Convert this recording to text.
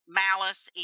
malice